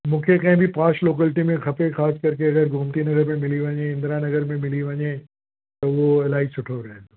मूंखे कंहिं बि पॉश लोकेलिटी में खपे ख़ासि कर के अगरि गोमती नगर में मिली वञे इंदिरा नगर में मिली वञे त उहो इलाही सुठो रहंदो